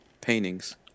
paintings